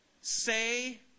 say